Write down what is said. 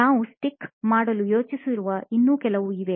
ನಾವು ಸ್ಟಿಕ್ ಮಾಡಲು ಯೋಚಿಸಿರುವ ಇನ್ನೂ ಕೆಲವು ಇವೆ